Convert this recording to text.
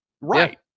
Right